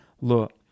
look